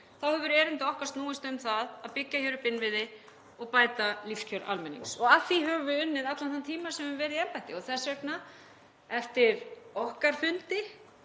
hefur erindi okkar snúist um það að byggja upp innviði og bæta lífskjör almennings og að því höfum við unnið allan þann tíma sem höfum verið í embætti og þess vegna eftir fundi